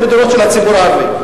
אלה דירות של הציבור הערבי,